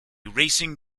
racing